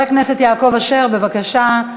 חבר הכנסת יעקב אשר, בבקשה.